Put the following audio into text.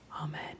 Amen